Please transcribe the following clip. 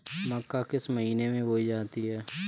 मक्का किस महीने में बोई जाती है?